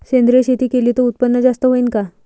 सेंद्रिय शेती केली त उत्पन्न जास्त होईन का?